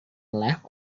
left